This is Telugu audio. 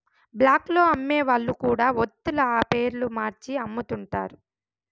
బ్లాక్ లో అమ్మే వాళ్ళు కూడా వత్తుల పేర్లు మార్చి అమ్ముతుంటారు